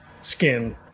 skin